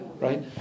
right